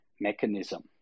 mechanism